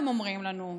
הם אומרים לנו,